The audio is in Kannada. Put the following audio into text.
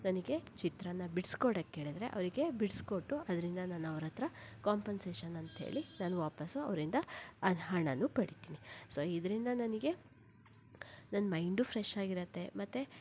ನನಗೆ ಚಿತ್ರನ ಬಿಡಿಸ್ಕೊಡಕ್ಕೇಳದ್ರೆ ಅವರಿಗೆ ಬಿಡಿಸಿಕೊಟ್ಟು ಅದರಿಂದ ನಾನವರತ್ರ ಕಾಂಪನ್ಸೇಷನ್ ಅಂತೇಳಿ ನಾನು ವಾಪಸ್ ಅವರಿಂದ ಅದು ಹಣನೂ ಪಡಿತೀನಿ ಸೊ ಇದರಿಂದ ನನಗೆ ನನ್ನ ಮೈಂಡೂ ಫ್ರೆಶಾಗಿರತ್ತೆ ಮತ್ತು